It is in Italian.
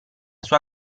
sua